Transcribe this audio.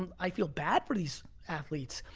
um i feel bad for these athletes.